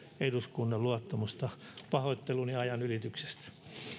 eduskunnan luottamusta pahoitteluni ajan ylityksestä